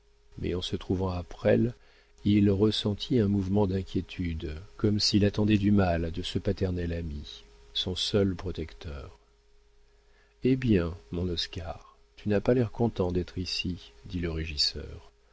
mais en se trouvant à presles il ressentit un mouvement d'inquiétude comme s'il attendait du mal de ce paternel ami son seul protecteur eh bien mon oscar tu n'as pas l'air content d'être ici dit le régisseur